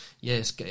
yes